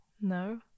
No